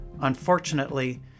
Unfortunately